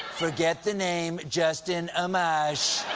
forget the name justin amash.